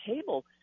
table